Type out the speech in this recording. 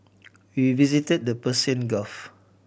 we visited the Persian Gulf